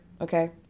Okay